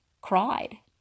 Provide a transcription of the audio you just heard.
cried